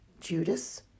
Judas